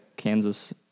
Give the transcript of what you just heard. kansas